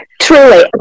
truly